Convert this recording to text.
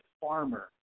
farmer